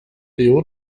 deo